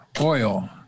oil